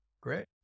Great